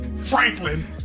Franklin